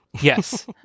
Yes